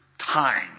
time